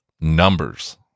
numbers